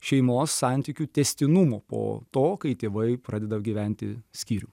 šeimos santykių tęstinumų po to kai tėvai pradeda gyventi skyrium